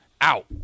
out